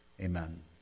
Amen